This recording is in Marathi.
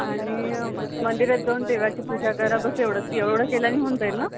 आणि मंदिरात जाऊन देवाची पूजा करा बस एवढच एवढं केल्यानी होऊन जाईल ना